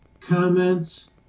comments